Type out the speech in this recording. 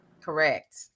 Correct